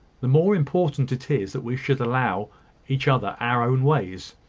the more important it is that we should allow each other our own ways.